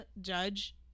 Judge